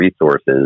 resources